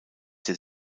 der